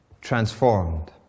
transformed